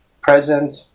Present